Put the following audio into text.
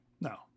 No